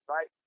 Right